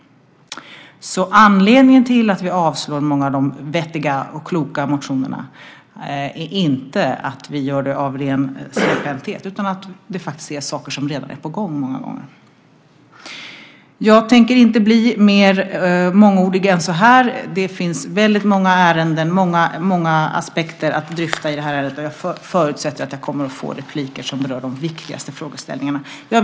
Anledningen till att vi avstyrker många av de vettiga och kloka motionerna är alltså inte ren släpphänthet, utan många gånger gäller det saker som redan är på gång. Jag tänker inte bli mångordigare än så här. Det finns väldigt många aspekter att dryfta i det här ärendet. Jag förutsätter att det blir repliker som berör de viktigaste frågeställningarna.